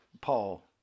Paul